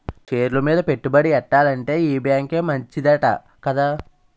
షేర్లు మీద పెట్టుబడి ఎట్టాలంటే ఈ బేంకే మంచిదంట కదా